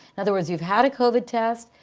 in other words, you've had a covid test,